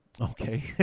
Okay